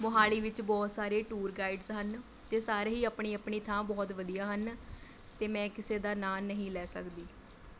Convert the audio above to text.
ਮੋਹਾਲੀ ਵਿੱਚ ਬਹੁਤ ਸਾਰੇ ਟੂਰ ਗਾਈਡਸ ਹਨ ਅਤੇ ਸਾਰੇ ਹੀ ਆਪਣੀ ਆਪਣੀ ਥਾਂ ਬਹੁਤ ਵਧੀਆ ਹਨ ਅਤੇ ਮੈਂ ਕਿਸੇ ਦਾ ਨਾਂ ਨਹੀਂ ਲੈ ਸਕਦੀ